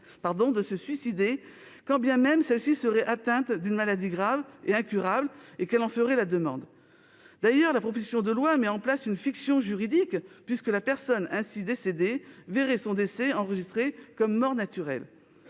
de se suicider, quand bien même celle-ci serait atteinte d'une maladie grave, incurable et qu'elle en ferait la demande. D'ailleurs, la proposition de loi met en place une fiction juridique, puisque la personne ainsi décédée verrait son décès enregistré comme mort naturelle.